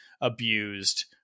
abused